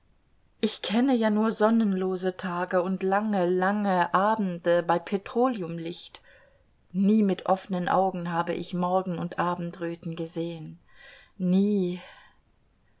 ich kenne ja nur sonnenlose tage und lange lange abende bei petroleumlicht nie mit offenen augen habe ich morgen und abendröten gesehen nie